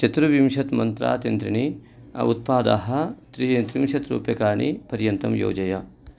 चतुर्विंशतिः मन्त्रा तिन्त्रिणी उत्पादान् त्रीणि त्रिंशत् रूप्यकाणि पर्यन्तं योजय